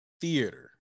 theater